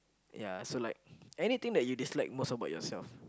ya so like anything that you dislike most about yourself